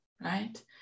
right